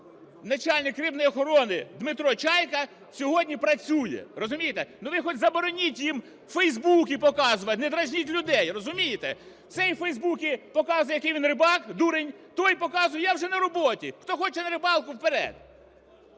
начальник рибної охорони Дмитро Чайка сьогодні працює, розумієте! Ну, ви хоч забороніть їм у Фейсбуці показувати, не дразніть людей, розумієте! Цей у Фейсбуці показує, який він рибак, дурень, той показує: я вже на роботі, хто хоче на рибалку – вперед.